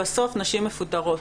בסוף נשים מפוטרות.